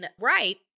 right